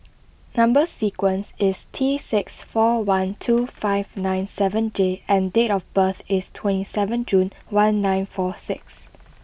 number sequence is T six four one two five nine seven J and date of birth is twenty seven June one nine four six